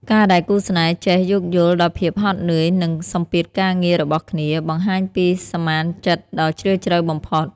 ការដែលគូស្នេហ៍ចេះ "យោគយល់ដល់ភាពហត់នឿយ និងសម្ពាធការងារ" របស់គ្នា បង្ហាញពីសមានចិត្តដ៏ជ្រាលជ្រៅបំផុត។